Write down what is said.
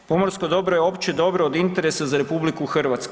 Pomorsko dobro je opće dobro od interesa za RH.